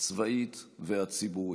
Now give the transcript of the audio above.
הצבאית והציבורית.